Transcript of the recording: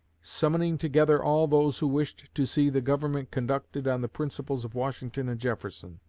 summoning together all those who wished to see the government conducted on the principles of washington and jefferson.